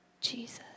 Jesus